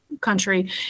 country